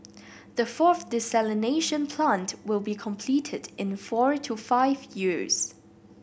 the fourth desalination plant will be completed in four to five years